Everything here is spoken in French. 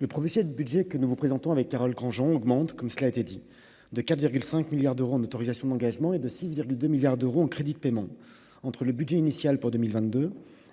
le professeur de budget que nous vous présentons avec Carole Granjean augmente, comme cela a été dit, de 4 virgule 5 milliards d'euros en autorisations d'engagement et de 6,2 milliards d'euros en crédits de paiement entre le budget initial pour 2 1000 22